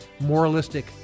moralistic